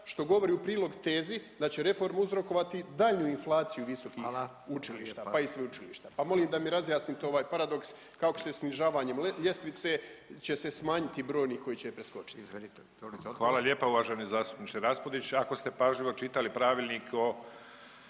što govori u prilog tezi, da će reforma uzrokovati dalju inflaciju visokih učilišta pa i sveučilišta, pa molim da mi razjasnite ovaj paradoks kako se snižavanjem ljestvice će se smanjiti brojni oni koji će je preskočiti. **Šušak, Ivica** Hvala lijepa uvaženi zastupniče Raspudić. Ako ste pažljivo čitali Pravilnik o